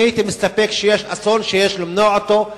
אני הייתי מסתפק ואומר: אסון שיש למנוע אותו.